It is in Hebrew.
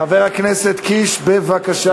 חבר הכנסת קיש, בבקשה.